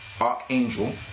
Archangel